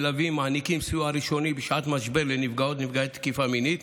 מלווים ומעניקים סיוע ראשוני בשעת משבר לנפגעות ונפגעי תקיפה מינית